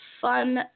fun